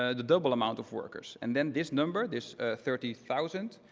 ah the double amount of workers. and then, this number, this thirty thousand,